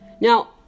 Now